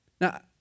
Now